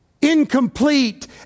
incomplete